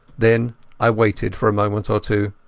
then i waited for a moment or two.